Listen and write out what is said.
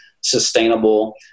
sustainable